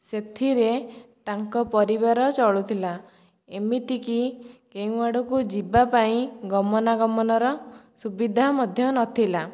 ସେଥିରେ ତାଙ୍କ ପରିବାର ଚଳୁଥିଲା ଏମିତିକି କେଉଁ ଆଡ଼କୁ ଯିବା ପାଇଁ ଗମନା ଗମନର ସୁବିଧା ମଧ୍ୟ ନଥିଲା